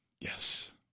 Yes